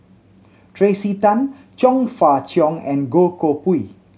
Tracey Tan Chong Fah Cheong and Goh Koh Pui